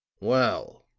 well,